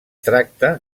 tracta